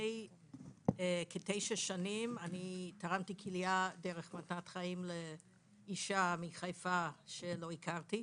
לפני כתשע שנים אני תרמתי כליה דרך מתנת חיים לאישה מחיפה שלא הכרתי.